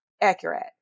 accurate